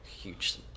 huge